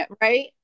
right